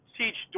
teach